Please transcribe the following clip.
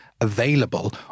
available